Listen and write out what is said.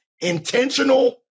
intentional